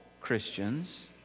Christians